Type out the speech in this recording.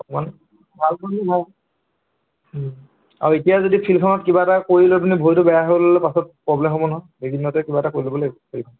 অকণমান ভাল আৰু এতিয়া যদি ফিল্ডখনত কিবা এটা কৰি লৈ পিনি ভৰিটো বেয়া হৈ ল'লে পাছত প্ৰব্লেম হ'ব নহয় এইদিনতে কিবা এটা কৰি ল'ব লাগিব ফিল্ডখন